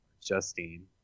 Justine